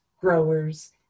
growers